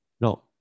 no